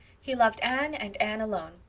he loved anne and anne alone.